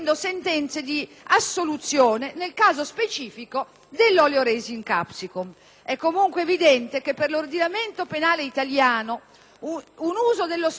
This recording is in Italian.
dell'*oleoresin capsicum*. È comunque evidente che per l'ordinamento penale italiano un uso dello spray finalizzato a commettere reati